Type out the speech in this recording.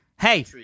hey